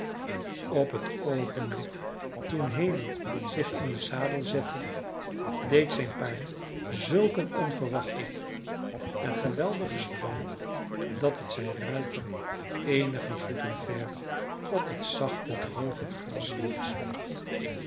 op het oogenblik toen haley zich in den zadel zette deed zijn paard zulk een onverwachten en geweldigen sprong dat het zijn ruiter eenige voeten ver op het zachte droge gras neersmeet